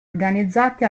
organizzati